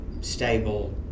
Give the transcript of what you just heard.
stable